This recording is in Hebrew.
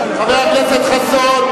חבר הכנסת חסון,